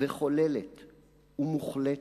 וכוללת ומוחלטת.